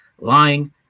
lying